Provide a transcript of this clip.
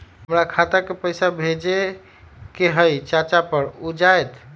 हमरा खाता के पईसा भेजेए के हई चाचा पर ऊ जाएत?